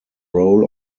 role